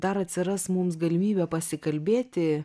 dar atsiras mums galimybė pasikalbėti